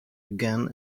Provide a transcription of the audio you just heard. again